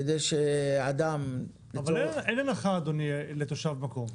כדי שאדם --- אבל אין הנחה, אדוני, לתושב מקום.